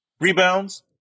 Rebounds